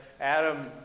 Adam